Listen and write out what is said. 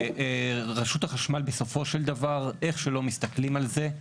רשות החשמל בסופו של דבר, איך שלא מסתכלים על זה,